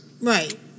right